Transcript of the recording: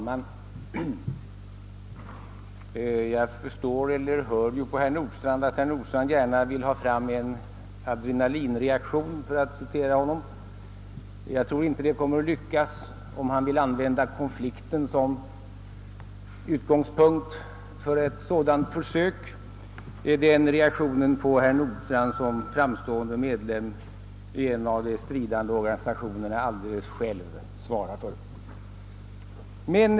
Herr talman! Jag hör på herr Nordstrandh att han gärna vill åstadkomma en adrenalininjektion, för att citera honom. Jag tror inte att det kommer att lyckas, om han vill använda konflikten som utgångspunkt för ett sådant försök. Den reaktionen får herr Nordstrandh som framstående medlem av en av de stridande organisationerna alldeles själv svara för.